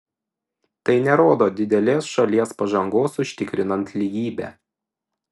tai nerodo didelės šalies pažangos užtikrinant lygybę